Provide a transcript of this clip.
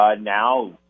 Now